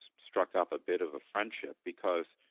struck up a bit of a friendship because